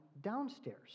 downstairs